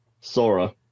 Sora